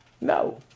No